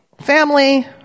family